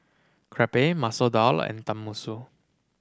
Crepe Masoor Dal and Tenmusu